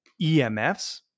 EMFs